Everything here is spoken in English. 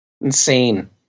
Insane